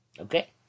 Okay